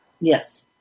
Yes